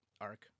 arc